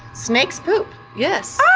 snakes poop, yes! ah!